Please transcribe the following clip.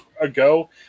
ago